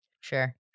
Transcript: Sure